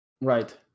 Right